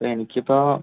എനിക്ക് ഇപ്പോൾ